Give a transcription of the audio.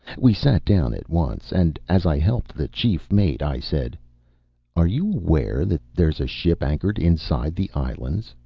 we sat down at once, and as i helped the chief mate, i said are you aware that there is a ship anchored inside the islands?